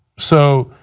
so